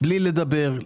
בלי לדבר.